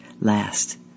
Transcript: last